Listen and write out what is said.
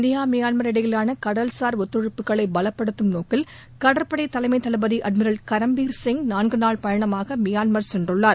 India Myanmar இடையிலான கடல்சார் ஒத்துழைப்புகளை பலப்படுத்தும் நோக்கில் கடற்படை தலைமை தளபதி அட்மிரல் கரம்பீர் சிங் நான்கு நாள் பயணமாக மியான்மர் சென்றுள்ளார்